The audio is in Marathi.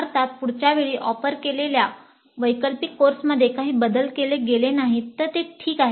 अर्थात पुढच्या वेळी ऑफर केलेल्या वैकल्पिक कोर्समध्ये काही बदल केले गेले नाहीत तर ते ठीक आहे